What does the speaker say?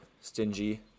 stingy